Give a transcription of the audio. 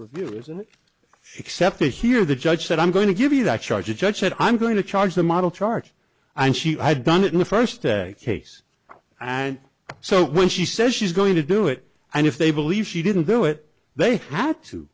review isn't it except that here the judge said i'm going to give you that charge a judge that i'm going to charge the model chart and she had done it in the first day case and so when she says she's going to do it and if they believe she didn't do it they have to